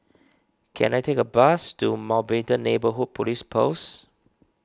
can I take a bus to Mountbatten Neighbourhood Police Post